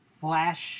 flash